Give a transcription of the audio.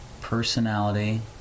personality